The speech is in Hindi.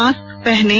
मास्क पहनें